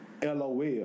LOL